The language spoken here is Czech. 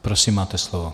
Prosím, máte slovo.